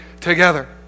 together